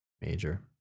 major